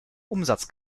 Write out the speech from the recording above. umsatz